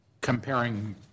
comparing